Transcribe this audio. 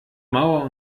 mauer